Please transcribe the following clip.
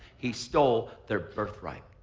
he stole their birthright.